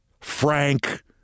Frank